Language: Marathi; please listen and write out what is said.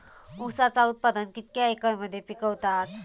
ऊसाचा उत्पादन कितक्या एकर मध्ये पिकवतत?